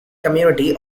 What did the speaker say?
community